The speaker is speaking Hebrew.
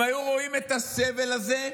אם היו רואים את הסבל הזה,